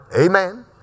Amen